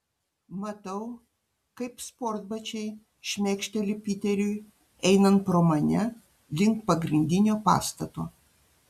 matau kaip sportbačiai šmėkšteli piteriui einant pro mane link pagrindinio pastato